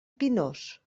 pinós